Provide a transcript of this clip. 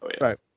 Right